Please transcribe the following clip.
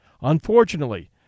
Unfortunately